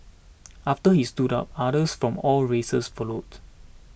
after he stood up others from all races followed